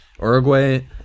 Uruguay